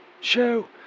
show